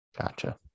Gotcha